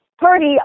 party